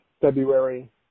February